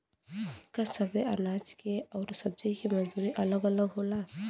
का सबे अनाज के अउर सब्ज़ी के मजदूरी अलग अलग होला?